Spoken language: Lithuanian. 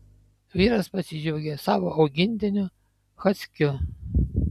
vyras pasidžiaugė savo augintiniu haskiu